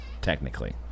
technically